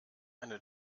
eine